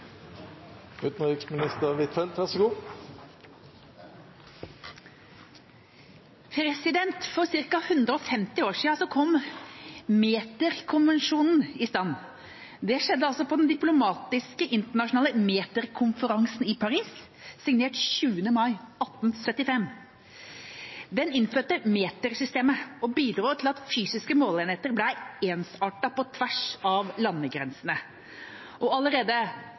stand. Det skjedde på Den diplomatiske internasjonale meterkonferansen i Paris, signert 20. mai 1875. Den innførte metersystemet og bidro til at fysiske måleenheter ble ensartede på tvers av landegrenser. Allerede